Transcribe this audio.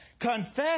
Confess